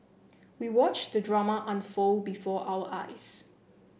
we watched the drama unfold before our eyes